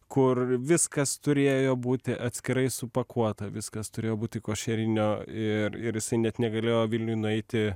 kur viskas turėjo būti atskirai supakuota viskas turėjo būti košerinio ir ir jisai net negalėjo vilniuj nueiti